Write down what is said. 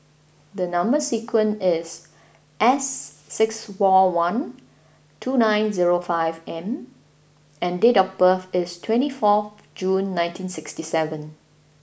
the number sequence is S six four one two nine zero five M and date of birth is twenty fourth June nineteen sixty seven